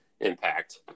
impact